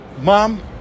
Mom